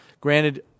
granted